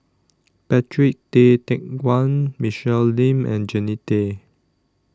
Patrick Tay Teck Guan Michelle Lim and Jannie Tay